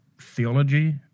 theology